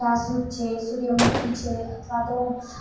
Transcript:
જાસુંદ છે સૂર્યમૂખી છે અથવા તો